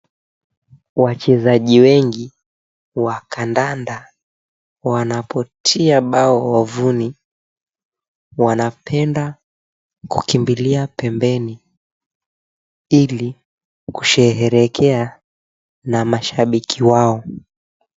Wachezaji wengi wa kandanda, wanapotia bao wavuni, wanapenda kukimbilia pembeni, ili kusherehekea na mashabiki wao.